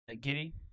giddy